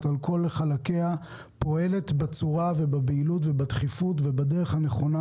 על כל חלקיה פועלת בצורה ובבהילות ובדחיפות ובדרך הנכונה,